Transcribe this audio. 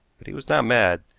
but he was not mad,